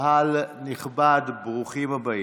קהל נכבד, ברוכים הבאים.